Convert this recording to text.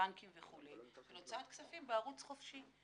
שזה הבנקים וכו' של הוצאת כספים בערוץ חופשי.